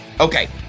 okay